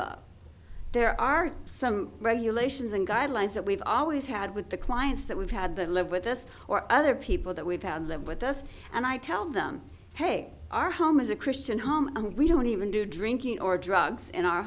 of there are some regulations and guidelines that we've always had with the clients that we've had that live with us or other people that we've had live with us and i tell them hey our home is a christian home and we don't even do drinking or drugs in our